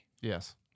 Yes